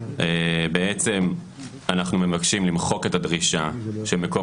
בעצם אנחנו מבקשים למחוק את הדרישה שמקום